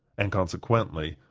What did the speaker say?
and, consequently,